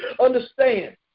Understand